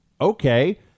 okay